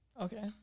Okay